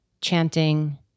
chanting